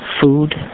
food